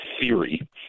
theory